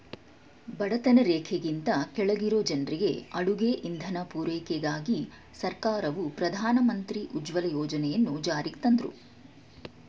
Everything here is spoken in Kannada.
ಬಡತನ ರೇಖೆಗಿಂತ ಕೆಳಗಿರೊ ಜನ್ರಿಗೆ ಅಡುಗೆ ಇಂಧನ ಪೂರೈಕೆಗಾಗಿ ಸರ್ಕಾರವು ಪ್ರಧಾನ ಮಂತ್ರಿ ಉಜ್ವಲ ಯೋಜನೆಯನ್ನು ಜಾರಿಗ್ತಂದ್ರು